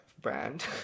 brand